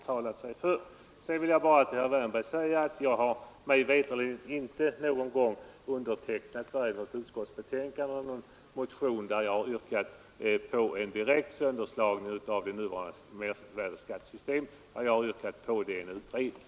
Till sist vill jag bara till herr Wärnberg säga att jag såvitt jag vet inte har undertecknat vare sig någon reservation eller någon motion där det yrkas på en direkt sönderslagning av det nuvarande mervärdeskattesystemet. Vad jag yrkat på är en utredning.